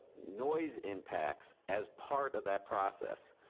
noise impacts as part of that process.